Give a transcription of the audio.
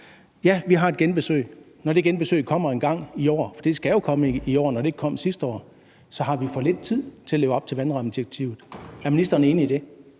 Ja, vi har et genbesøg. Når det genbesøg kommer engang i år, for det skal jo komme i år, når det ikke kom sidste år, så har vi for lidt tid til at leve op til vandrammedirektivet. Er ministeren enig i det?